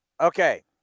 Okay